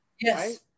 Yes